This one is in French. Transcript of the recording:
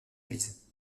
église